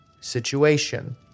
situation